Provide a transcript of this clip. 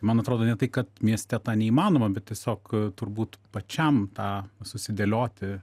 man atrodo ne tai kad mieste neįmanoma bet tiesiog turbūt pačiam tą susidėlioti